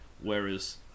whereas